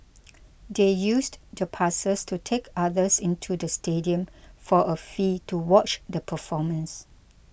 they used the passes to take others into the stadium for a fee to watch the performance